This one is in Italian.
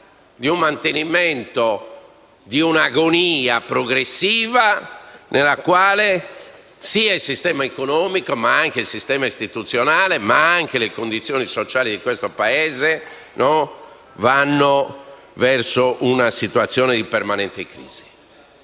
del mantenimento di un'agonia progressiva nella quale il sistema economico ma anche quello istituzionale e le condizioni sociali di questo Paese vanno verso una situazione di crisi